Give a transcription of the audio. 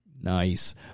Nice